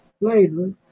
later